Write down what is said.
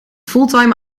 fulltime